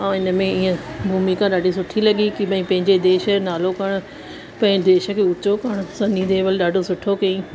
ऐं इनमें ईअं भूमिका ॾाढी सुठी लॻी की भई पंहिंजे देश जो नालो करण पंहिंजे देश खे ऊचो करण सनी देओल ॾाढो सुठो कयईं